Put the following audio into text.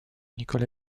nikola